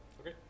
Okay